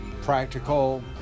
practical